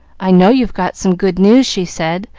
i know you've got some good news, she said,